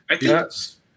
Yes